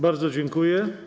Bardzo dziękuję.